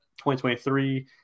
2023